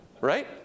Right